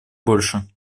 больше